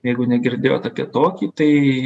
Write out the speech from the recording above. jeigu negirdėjot apie tokį tai